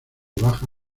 baja